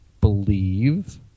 believe